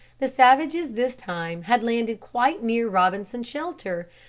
the savages this time had landed quite near robinson's shelter,